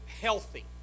healthy